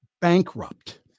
bankrupt